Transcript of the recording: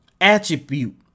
attribute